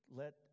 let